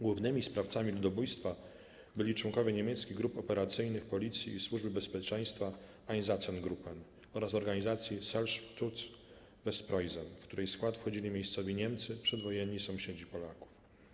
Głównymi sprawcami ludobójstwa byli członkowie niemieckich grup operacyjnych policji i służby bezpieczeństwa (Einsatzgruppen) oraz organizacji Selbstschutz Westpreussen, w której skład wchodzili miejscowi Niemcy - przedwojenni sąsiedzi Polaków.